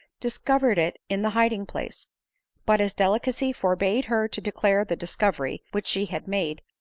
discovered it in the biding place but, as delicacy forbade her to declare the discovery which she had made,